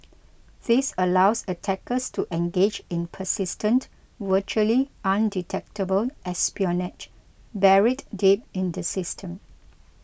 this allows attackers to engage in persistent virtually undetectable espionage buried deep in the system